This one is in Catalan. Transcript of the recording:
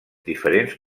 diferents